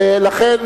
ולכן,